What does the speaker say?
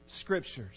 Scriptures